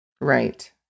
Right